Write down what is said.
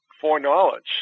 foreknowledge